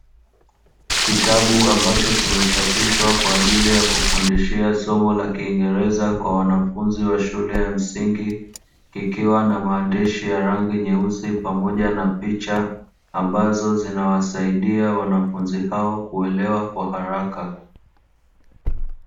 Kitabu ambacho kimechapishwa kwa ajili ya kufundishia somo la kingereza kwa wanafunzi wa shule ya msingi, kikiwa na maandishi ya rangi nyeusi pamoja na picha, ambazo zinawasaidia wanafunzi hao kuelewa kwa haraka.